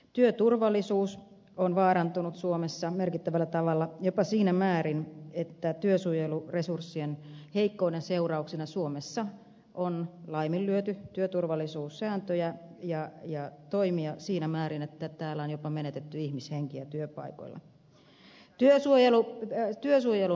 työturvallisuus on vaarantunut suomessa merkittävällä tavalla jopa siinä määrin että heikkojen työsuojeluresurssien seurauksina suomessa on laiminlyöty työturvallisuussääntöjä ja toimia siinä määrin että on jopa menetetty ihmishenkiä työpaikoilla